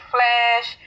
Flash